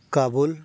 Kabul